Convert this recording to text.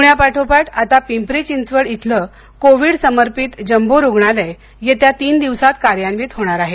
पूण्यापाठोपाठ आता पिंपरी चिंचवड इथलं कोवीड समर्पित जम्बो रुग्णालय येत्या तीन दिवसात कार्यान्वित होणार आहे